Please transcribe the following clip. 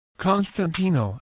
Constantino